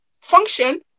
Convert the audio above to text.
function